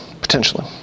Potentially